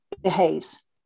behaves